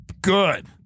good